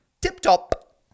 tip-top